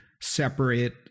separate